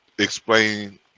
explain